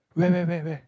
where where where where